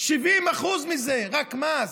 70% מזה זה רק מס.